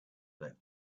that